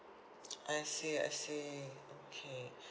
I see I see okay